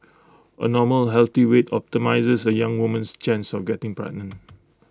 A normal healthy weight optimises A young woman's chance of getting pregnant